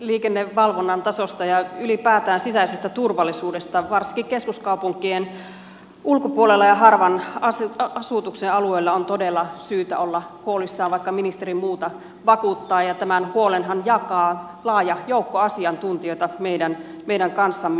liikennevalvonnan tasosta ja ylipäätään sisäisestä turvallisuudesta varsinkin keskuskaupunkien ulkopuolella ja harvan asutuksen alueella on todella syytä olla huolissaan vaikka ministeri muuta vakuuttaa ja tämän huolenhan jakaa laaja joukko asiantuntijoita meidän kanssamme